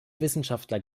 wissenschaftler